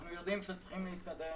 אנחנו יודעים שצריכים להתקדם,